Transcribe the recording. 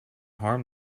harm